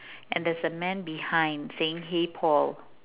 and there is a man behind saying hey Paul